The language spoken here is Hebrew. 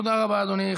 תודה רבה, אדוני.